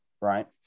right